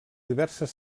diverses